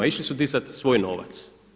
Išli su dizat svoj novac.